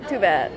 too bad